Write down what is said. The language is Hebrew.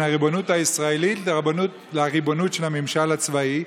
הריבונות הישראלית לריבונות של הממשל הצבאי,